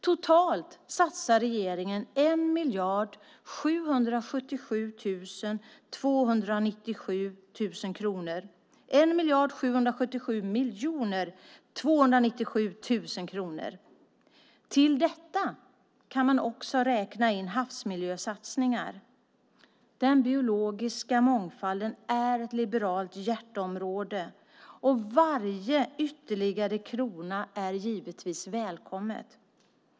Totalt satsar regeringen 1 777 297 000 kronor. Till detta kan man också räkna in havsmiljösatsningar. Den biologiska mångfalden är ett liberalt hjärteområde, och varje ytterligare krona är givetvis välkommen.